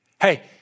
Hey